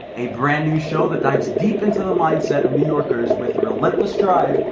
a brand new show that dives deep into the mindset of new yorkers with the relentless drive,